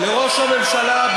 לראש הממשלה, אוווו.